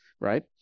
right